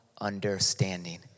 understanding